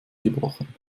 gebrochen